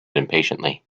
impatiently